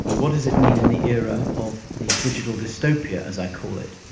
ah what does it mean in the era of the digital dystopia, as i call it,